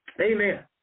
Amen